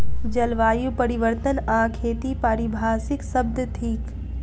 जलवायु परिवर्तन आ खेती पारिभाषिक शब्द थिक